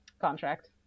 contract